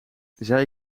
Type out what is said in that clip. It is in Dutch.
zij